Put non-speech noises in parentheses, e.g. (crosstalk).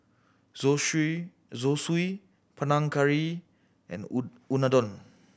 (unintelligible) Zosui Panang Curry and (unintelligible) Unadon